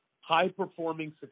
high-performing